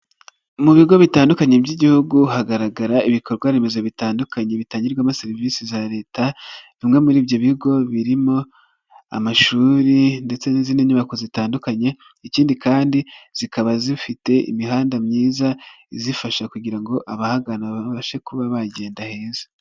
Mu bigo bitandukanye by'igihugu hagaragara ibikorwaremezo bitandukanye bitangirwamo serivisi za leta, bimwe muri ibyo bigo birimo amashuri ndetse n'izindi nyubako zitandukanye, ikindi kandi zikaba zifite imihanda myiza izifasha kugira ngo abahagana babashe kuba bagenda heza.